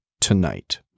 tonight